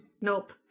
Nope